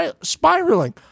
spiraling